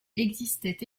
existaient